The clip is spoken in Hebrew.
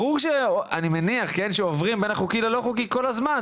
אני מניח שעוברים בין החוקי ללא חוקי כל הזמן,